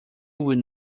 will